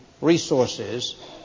resources